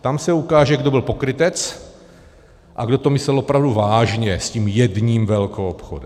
Tam se ukáže, kdo byl pokrytec a kdo to myslel opravdu vážně s tím jedním velkoobchodem.